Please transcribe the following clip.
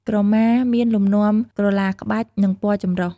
ក្រមាមានលំនាំក្រឡាក្បាច់ និងពណ៌ចម្រុះ។